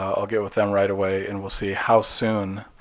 ah i'll get with them right away and we'll see how soon.